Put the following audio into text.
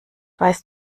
weißt